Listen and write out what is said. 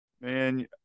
Man